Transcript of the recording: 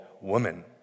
woman